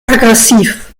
aggressiv